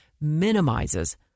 minimizes